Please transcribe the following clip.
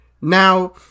now